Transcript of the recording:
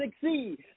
succeed